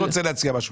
עודד רוצה להציע משהו.